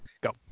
Go